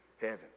heaven